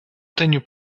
tenho